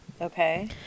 Okay